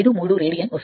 53 radian వస్తోంది